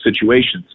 situations